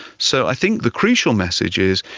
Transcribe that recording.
so i think the crucial message is,